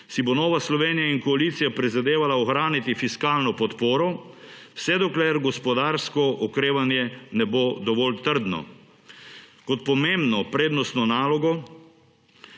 si bosta Nova Slovenija in koalicija prizadevali ohraniti fiskalno podporo, vse dokler gospodarsko okrevanje ne bo dovolj trdno. Kot pomembno prednostno nalogo